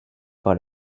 par